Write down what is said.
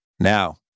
Now